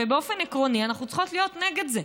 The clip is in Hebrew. ובאופן עקרוני אנחנו צריכות להיות נגד זה.